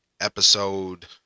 episode